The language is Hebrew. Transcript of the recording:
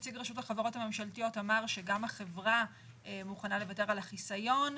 נציג רשות החברות הממשלתיות אמר שגם החברה מותרה לוותר על החיסיון,